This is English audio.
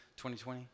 2020